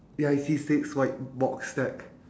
ya I see six white box stack